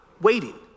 waiting